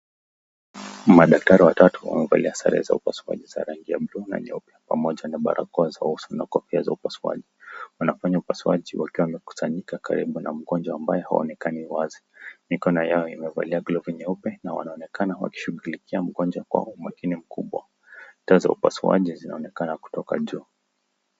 Madaktari watatu wamevalia sare za upasuaji za rangi ya buluu na nyeupe, pamoja na barakoa za upasuaji. Wanafanya upasuaji wakiwa wamekusanyika karibu na mgonjwa ambae haonekani wazi mikono yao imevalia glove nyeupe na wanaonekana wakishughulikia mgonjwa kwa umakini mkubwa. Bidhaa za upasuaji zinaonekana kutoka juu.